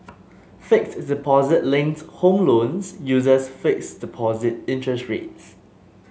fixed deposit linked home loans uses fixed deposit interest rates